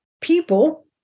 people